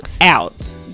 out